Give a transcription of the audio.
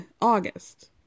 august